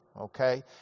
Okay